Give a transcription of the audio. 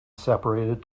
separated